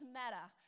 matter